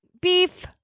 Beef